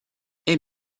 est